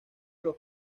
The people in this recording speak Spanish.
los